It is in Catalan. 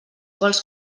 vols